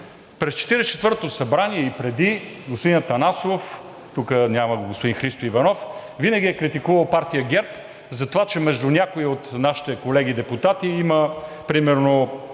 събрание, и преди, господин Атанасов – тук го няма господин Христо Иванов, винаги е критикувал партия ГЕРБ, затова че между някои от нашите колеги депутати има примерно